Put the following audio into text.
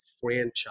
franchise